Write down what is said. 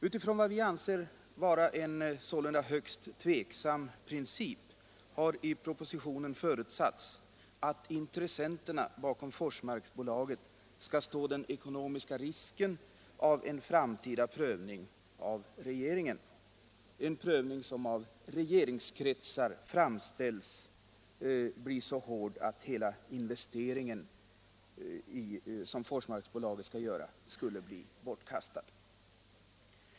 Utifrån vad vi anser vara en högst tvivelaktig princip har sålunda i propositionen förutsatts att intressenterna bakom Forsmarksbolaget skall stå den ekonomiska risken av en framtida regeringsprövning — en prövning som i regeringskretsar förklaras bli så hård att hela den investering som Forsmarksbolaget skall göra skulle bli bortkastad.